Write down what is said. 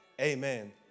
amen